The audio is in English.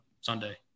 Sunday